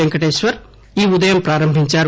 పెంకటేశ్వర్ ఈ ఉదయం ప్రారంభించారు